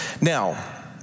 Now